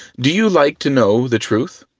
do you like to know the truth?